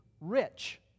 rich